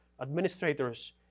administrators